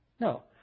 No